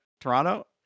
Toronto